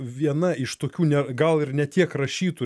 viena iš tokių ne gal ir ne tiek rašytų